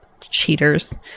cheaters